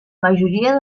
majoria